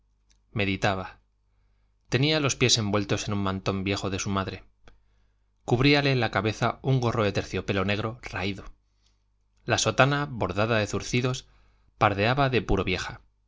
meditaba tenía los pies envueltos en un mantón viejo de su madre cubríale la cabeza un gorro de terciopelo negro raído la sotana bordada de zurcidos pardeaba de puro vieja